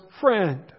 friend